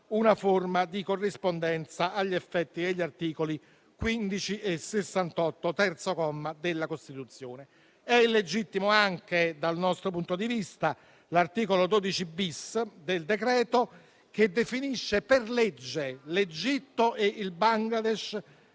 una forma di corrispondenza agli effetti degli articoli 15 e 68, terzo comma, della Costituzione. È illegittimo anche - dal nostro punto di vista - l'articolo 12-*bis* del decreto-legge, che definisce per legge l'Egitto e il Bangladesh